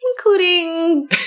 Including